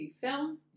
film